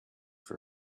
for